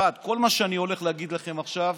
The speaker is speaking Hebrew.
1. כל מה שאני הולך להגיד לכם עכשיו,